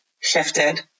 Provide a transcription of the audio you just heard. shifted